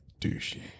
douchey